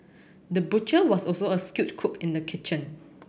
the butcher was also a skilled cook in the kitchen